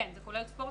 כן, זה כולל ספורט.